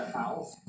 house